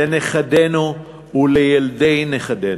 לנכדינו ולילדי נכדינו.